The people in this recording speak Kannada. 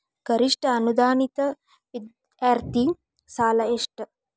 ಗರಿಷ್ಠ ಅನುದಾನಿತ ವಿದ್ಯಾರ್ಥಿ ಸಾಲ ಎಷ್ಟ